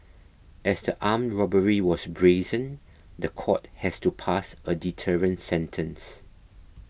as the armed robbery was brazen the court has to pass a deterrent sentence